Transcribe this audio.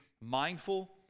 mindful